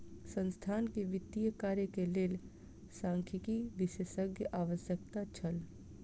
संस्थान के वित्तीय कार्य के लेल सांख्यिकी विशेषज्ञक आवश्यकता छल